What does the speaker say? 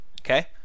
Okay